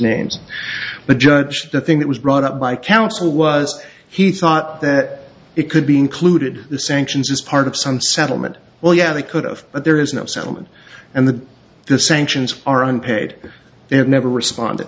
names but judge the thing that was brought up by counsel was he thought that it could be included the sanctions as part of some settlement well yeah they could've but there is no settlement and the the sanctions are unpaid they have never responded